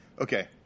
Okay